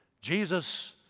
Jesus